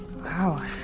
Wow